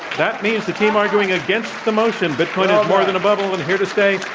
that means the team arguing against the motion bitcoin is more than a bubble and here to stay.